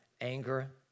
anger